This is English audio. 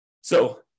So-